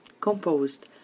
composed